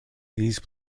these